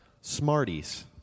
Smarties